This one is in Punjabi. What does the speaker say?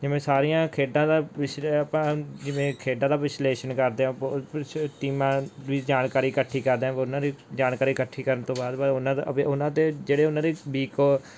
ਜਿਵੇਂ ਸਾਰੀਆਂ ਖੇਡਾਂ ਦਾ ਵਿਛ ਆਪਾਂ ਜਿਵੇਂ ਖੇਡਾਂ ਦਾ ਵਿਸ਼ਲੇਸ਼ਣ ਕਰਦੇ ਹਾਂ ਕੁਛ ਟੀਮਾਂ ਦੀ ਜਾਣਕਾਰੀ ਇਕੱਠੀ ਕਰਦੇ ਹਾਂ ਉਨ੍ਹਾਂ ਦੀ ਜਾਣਕਾਰੀ ਇਕੱਠੀ ਕਰਨ ਤੋਂ ਬਾਅਦ ਬਾਅਦ ਉਹਨਾਂ ਦਾ ਵ ਉਹਨਾਂ ਦੇ ਜਿਹੜੇ ਉਨ੍ਹਾਂ ਦੇ ਵੀਕ